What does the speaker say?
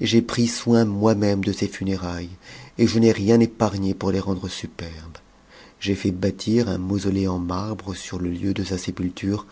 j'ai pris soin moi-même de ses mnéraihes et je n'ai rien épargné pour les rendre superbes j'ai fait bâtir un mausolée en marbre sur le lieu de sa sépulture